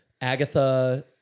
Agatha